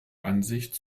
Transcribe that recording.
ansicht